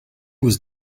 was